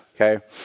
okay